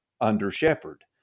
under-shepherd